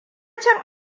cin